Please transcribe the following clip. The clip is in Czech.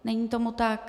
Není tomu tak?